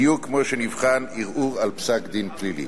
בדיוק כמו שנבחן ערעור על פסק דין פלילי.